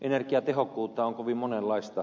energiatehokkuutta on kovin monenlaista